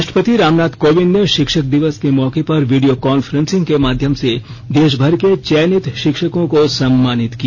राष्ट्रपति रामनाथ कोविंद ने शिक्षक दिवस के मौके पर यीडियो कॉन्फ्रेंसिंग के माध्यम से देशभर के चयनित शिक्षकों को सम्मानित किया